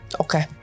Okay